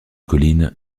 colline